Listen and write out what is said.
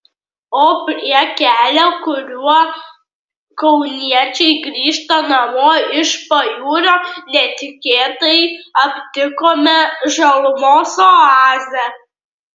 o prie kelio kuriuo kauniečiai grįžta namo iš pajūrio netikėtai aptikome žalumos oazę